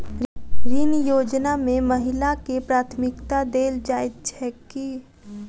ऋण योजना मे महिलाकेँ प्राथमिकता देल जाइत छैक की?